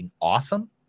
awesome